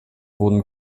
wurden